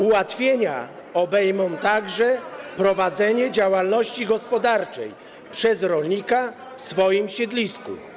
Ułatwienia obejmą także prowadzenie działalności gospodarczej przez rolnika w jego siedlisku.